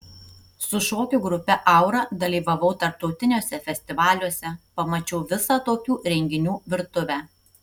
su šokių grupe aura dalyvavau tarptautiniuose festivaliuose pamačiau visą tokių renginių virtuvę